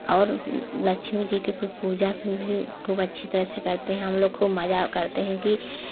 और लक्ष्मी जी कि पूजा भी खूब अच्छी तरह से करते हैं हम लोग मज़ा करते हैं कि